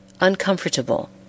uncomfortable